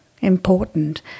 important